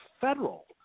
federal